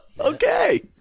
Okay